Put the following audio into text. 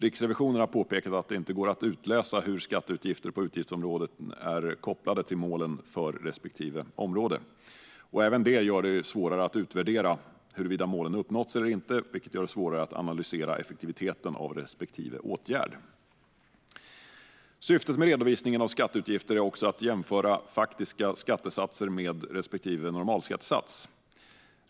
Riksrevisionen har påpekat att det inte går att utläsa hur skatteutgifter på utgiftsområdet är kopplade till målen för respektive område. Även det gör det svårare att utvärdera huruvida målen uppnåtts eller inte, vilket gör det svårare att analysera effektiviteten av respektive åtgärd. Syftet med redovisningen av skatteutgifter är också att jämföra faktiska skattesatser med respektive normalskattesats.